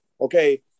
okay